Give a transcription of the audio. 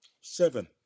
Seven